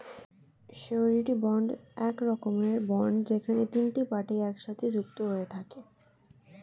surety bond এক রকমের bond যেখানে তিনটে পার্টি একসাথে যুক্ত হয়ে থাকে